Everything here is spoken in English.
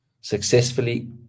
Successfully